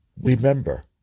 Remember